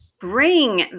Bring